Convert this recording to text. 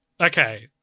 Okay